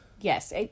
Yes